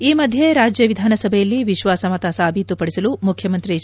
ಈ ಮಧ್ಯೆ ರಾಜ್ಯ ವಿಧಾನಸಭೆಯಲ್ಲಿ ವಿಶ್ವಾಸಮತ ಸಾಬೀತು ಪಡಿಸಲು ಮುಖ್ಯಮಂತ್ರಿ ಎಚ್